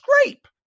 Scrape